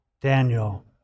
Daniel